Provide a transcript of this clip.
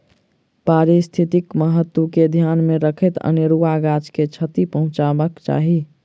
पारिस्थितिक महत्व के ध्यान मे रखैत अनेरुआ गाछ के क्षति पहुँचयबाक चाही